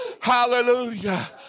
Hallelujah